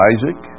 Isaac